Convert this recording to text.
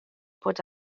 bod